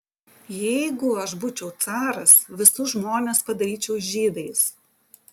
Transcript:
jeigu aš būčiau caras visus žmonės padaryčiau žydais